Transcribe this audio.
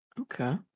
okay